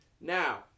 Now